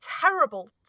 terrible